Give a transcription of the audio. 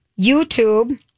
YouTube